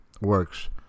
works